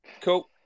Cool